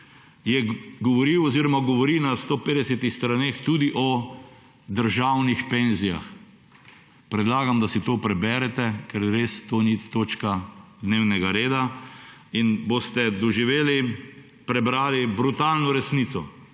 je govoril oziroma govori na 150 straneh tudi o državnih penzijah. Predlagam, da si to preberete, ker to res ni točka dnevnega reda, in boste doživeli, prebrali brutalno resnico,